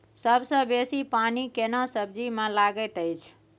सबसे बेसी पानी केना सब्जी मे लागैत अछि?